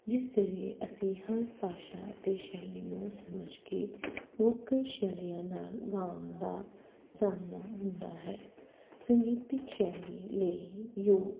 ਜਿਸ ਲਈ ਅਸੀਂ ਹਰ ਭਾਸ਼ਾ ਅਤੇ ਸ਼ੈਲੀ ਨੂੰ ਸਮਝ ਕੇ ਲੋਕ ਸ਼ੈਲੀਆਂ ਨਾਲ ਗਾਉਣ ਦਾ ਸਾਹਮਣਾ ਹੁੰਦਾ ਹੈ ਸੰਗਤਿਕ ਸ਼ੈਲੀ ਲਈ ਯੋਗ